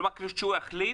כלומר, כשהוא החליט